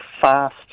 fast